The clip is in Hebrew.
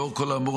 לאור כל האמור,